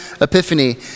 Epiphany